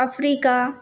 Africa